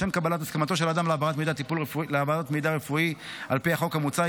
לשם קבלת הסכמתו של האדם להעברת מידע רפואי על פי החוק המוצע,